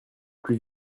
plus